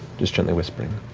just gently whispering,